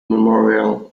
memorial